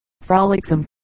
frolicsome